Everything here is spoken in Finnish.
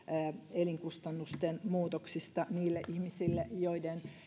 elinkustannusten muutoksista niille ihmisille joiden